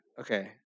Okay